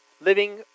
living